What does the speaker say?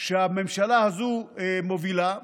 שהממשלה הזו מובילה,